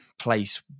place